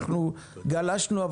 אנחנו גלשנו,